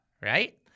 right